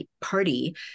Party